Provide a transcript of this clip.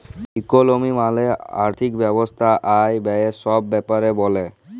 ইকলমি মালে আথ্থিক ব্যবস্থা আয়, ব্যায়ে ছব ব্যাপারে ব্যলে